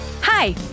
Hi